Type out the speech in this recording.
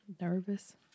Nervous